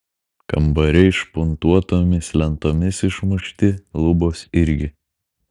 kambariai špuntuotomis lentomis išmušti lubos irgi